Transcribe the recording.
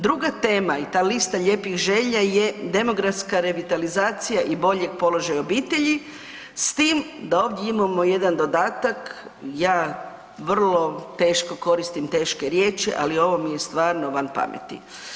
Druga tema i ta lista lijepih želja je demografska revitalizacija i boljeg položaja obitelji s tim da ovdje imamo jedan dodatak, ja vrlo teško koristim teške riječi, ali ovo mi je stvarno van pameti.